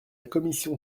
commission